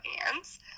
hands